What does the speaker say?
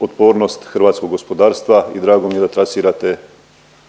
otpornost hrvatskog gospodarstva i drago mi je da trasirate